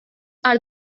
are